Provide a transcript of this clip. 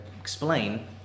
explain